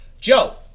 Joe